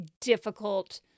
difficult